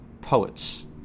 poets